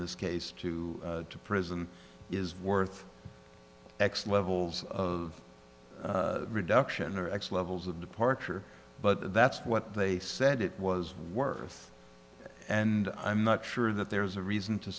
this case to to prison is worth x levels of reduction or x levels of departure but that's what they said it was worth and i'm not sure that there's a reason to